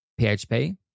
php